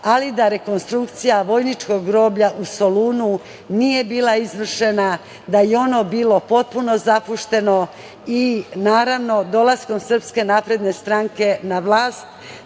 ali i da rekonstrukcija vojničkog groblja u Solunu nije bila izvršena, da je ono bilo potpuno zapušteno. Naravno, dolaskom Srpske napredne stranke na vlast,